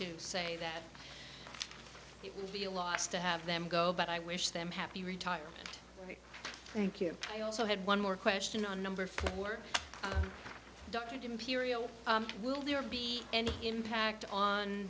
to say that it will be a loss to have them go but i wish them happy retirement thank you i also had one more question on numbers were doctored imperial will there be any impact on